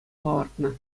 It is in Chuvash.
палӑртнӑ